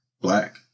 black